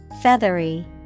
Feathery